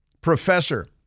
professor